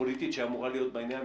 פוליטית שאמורה להיות בעניין.